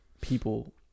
people